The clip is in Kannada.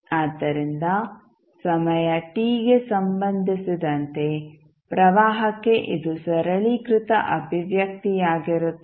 ಆದ್ದರಿಂದ ಸಮಯ t ಗೆ ಸಂಬಂಧಿಸಿದಂತೆ ಪ್ರವಾಹಕ್ಕೆ ಇದು ಸರಳೀಕೃತ ಅಭಿವ್ಯಕ್ತಿಯಾಗಿರುತ್ತದೆ